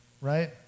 right